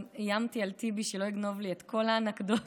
גם איימתי על טיבי שלא יגנוב לי את כל האנקדוטות,